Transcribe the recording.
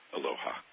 Aloha